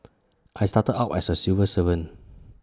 I started out as A civil servant